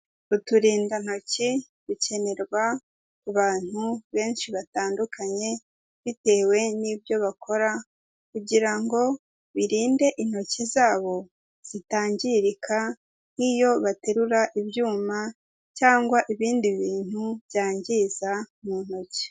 Uturindantoki dukenerwa ku bantu benshi batandukanye, bitewe n'ibyo bakora kugira ngo birinde intoki zabo zitangirika nk'iyo baterura ibyuma cyangwa ibindi bintu byangiza mu ntoki.